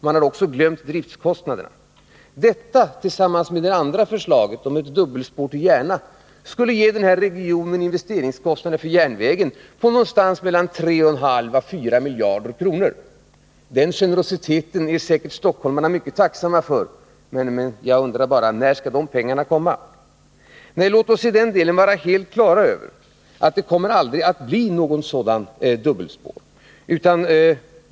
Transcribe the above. Man har också glömt driftkostnaderna. Detta tillsammans med förslaget om ett dubbelspår till Järna skulle ge den här regionen investeringskostnader för järnvägen på någonting mellan 3,5 och 4 miljarder kronor. Den generositeten är stockholmarna säkert mycket tacksamma för, men jag undrar bara när de pengarna skall komma. Nej, låt oss i den delen vara helt på det klara med att det aldrig kommer att bli något sådant dubbelspår.